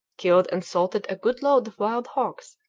killed and salted a good load of wild hogs,